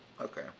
okay